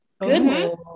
goodness